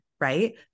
right